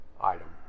item